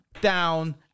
down